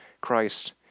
Christ